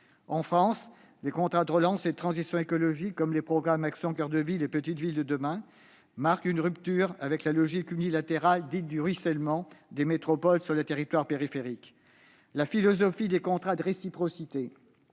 En France, les contrats de relance et de transition écologique comme les programmes Action coeur de ville et Petites Villes de demain marquent une rupture avec la logique unilatérale dite « du ruissellement » des métropoles sur leurs territoires périphériques. La philosophie des contrats de réciprocité,